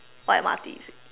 what M_R_T is it